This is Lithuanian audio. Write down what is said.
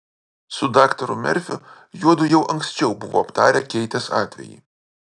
su daktaru merfiu juodu jau anksčiau buvo aptarę keitės atvejį